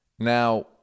Now